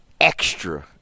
extra